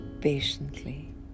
patiently